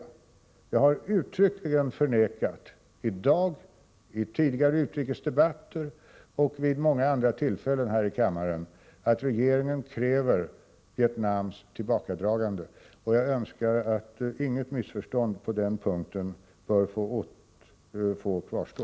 Jag har uttryckligen framhållit — i dag, i utrikesdebatter tidigare och vid många andra tillfällen här i kammaren — att regeringen kräver ett tillbakadragande från Vietnams sida, och jag önskar att inget missförstånd på den punkten skall få kvarstå.